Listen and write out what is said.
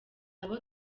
abo